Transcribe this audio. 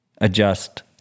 adjust